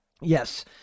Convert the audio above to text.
Yes